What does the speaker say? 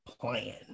plan